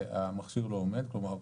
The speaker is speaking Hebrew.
שהמכשיר לא עומד כלומר,